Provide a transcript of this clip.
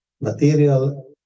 material